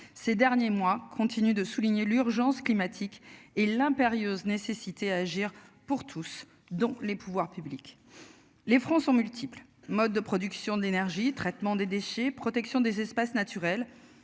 Ces derniers mois, continue de souligner l'urgence climatique et l'impérieuse nécessité à agir pour tous, dont les pouvoirs publics. Les francs sont multiples, modes de production d'énergie, traitement des déchets, protection des espaces naturels